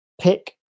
pick